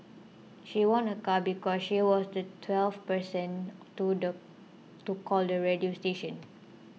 she won a car because she was the twelfth person to call the radio station